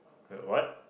like what